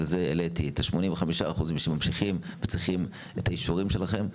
העליתי את ה-85% שממשיכים וצריכים את האישורים שלכם.